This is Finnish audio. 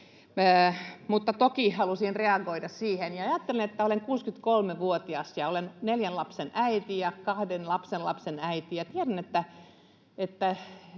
Mutta toki halusin reagoida siihen. Ajattelen, että olen 63-vuotias ja olen neljän lapsen äiti ja kahden lapsenlapsen isoäiti